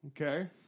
okay